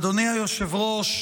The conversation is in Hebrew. אדוני יושב-ראש